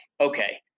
okay